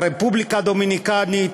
הרפובליקה הדומיניקנית,